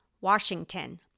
Washington